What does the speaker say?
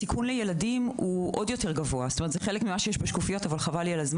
הסיכון לילדים אף גבוה יותר.